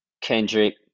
Kendrick